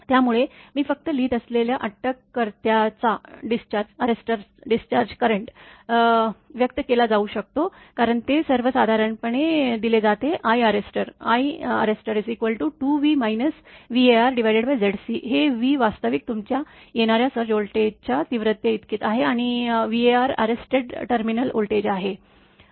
त्यामुळे मी फक्त लिहित असलेल्या अटककर्त्याचा डिस्चार्ज करंट व्यक्त केला जाऊ शकतो कारण ते सर्वसाधारणपणे दिले जाते I अरेस्टर Iar2V VarZc हे V वास्तविक तुमच्या येणाऱ्या सर्ज व्होल्टेजच्या तीव्रतेइतकेच आहे आणि Var अरेस्टेड टेर्मिनल वोल्टेज आहे